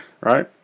right